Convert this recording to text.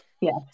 Yes